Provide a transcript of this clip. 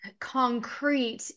concrete